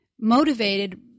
motivated